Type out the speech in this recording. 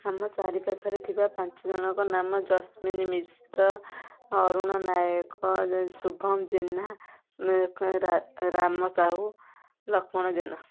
ଆମ ଚାରି ପାଖରେ ଥିବା ପାଞ୍ଚ ଜଣଙ୍କର ନାମ ଜସ୍ମିନ୍ ମିଶ୍ର ଅରୁଣ ନାୟକ ଶୁଭମ୍ ଜେନା ରା ରାମ ସାହୁ ଲକ୍ଷ୍ମଣ ଜେନା